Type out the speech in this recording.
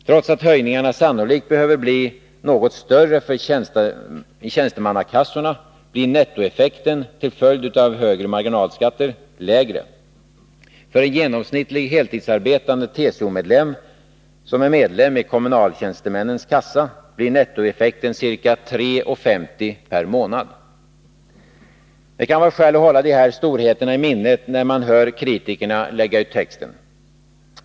Trots att höjningarna sannolikt behöver bli något större på tjänstemannasidan, blir nettoeffekten till följd av högre marginalskatt lägre. För en genomsnittlig heltidsarbetande TCO-medlem som är medlem i kommunaltjänstemännens kassa, blir nettoeffekten ca 3:50 kr. per månad. Det kan vara skäl att hålla de här storheterna i minnet när man hör kritikerna lägga ut texten.